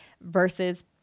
versus